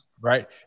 Right